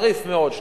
חריף מאוד,